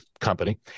company